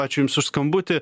ačiū jums už skambutį